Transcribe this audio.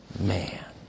man